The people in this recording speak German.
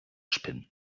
spinnen